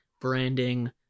branding